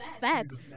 Facts